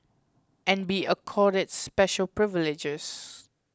and be accorded special privileges